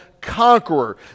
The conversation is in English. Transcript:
conqueror